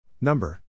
Number